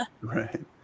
Right